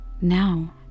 Now